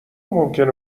ممکنه